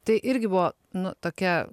tai irgi buvo nu tokia